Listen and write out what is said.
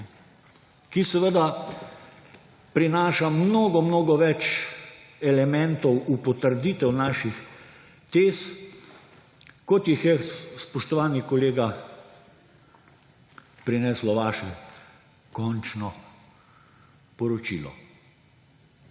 ki seveda prinaša mnogo mnogo več elementov v potrditev naših tez, kot jih je, spoštovani kolega, prineslo vaše končno poročilo.